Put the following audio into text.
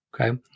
Okay